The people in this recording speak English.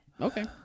Okay